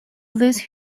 these